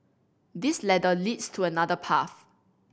this ladder leads to another path